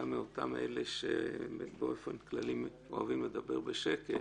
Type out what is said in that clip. אותם אלה שבאופן כללי אוהבים לדבר בשקט.